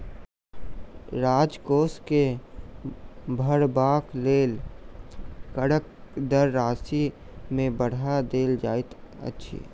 राजकोष के भरबाक लेल करक दर राशि के बढ़ा देल जाइत छै